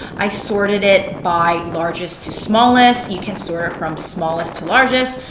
i sorted it by largest to smallest. you can sort from smallest to largest,